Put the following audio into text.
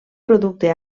producte